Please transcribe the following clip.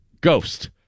Ghost